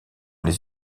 les